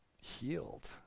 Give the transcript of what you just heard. healed